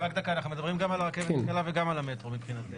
אנחנו מדברים גם על הרכבת הקלה וגם על המטרו מבחינתך?